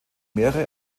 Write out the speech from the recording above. mehrere